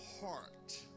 heart